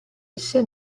esse